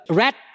rat